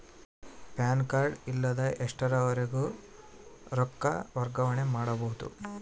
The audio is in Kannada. ಪ್ಯಾನ್ ಕಾರ್ಡ್ ಇಲ್ಲದ ಎಷ್ಟರವರೆಗೂ ರೊಕ್ಕ ವರ್ಗಾವಣೆ ಮಾಡಬಹುದು?